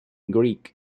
greek